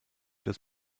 das